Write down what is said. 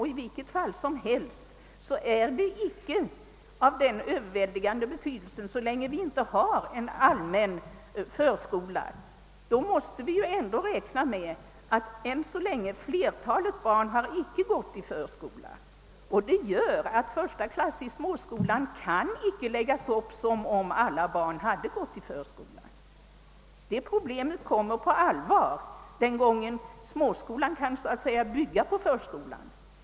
I vilket fall som helst har saken inte någon överväldigande betydelse så länge vi inte har en allmän förskola. Vi måste räkna med att flertalet barn än så länge inte gått i förskola, och det gör att undervisningen i första klass i småskolan inte kan läggas upp som om alla barn hade gått i förskola. Problemet kommer på allvar att uppträda den gång då småskolan kan bygga på förskolan.